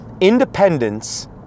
Independence